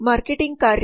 marketing ಕಾರ್ಯ